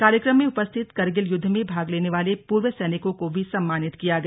कार्यक्रम में उपस्थित कारगिल युद्व में भाग लेने वाले पूर्व सैनिकों को भी सम्मानित किया गया